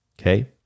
Okay